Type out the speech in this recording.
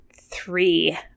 three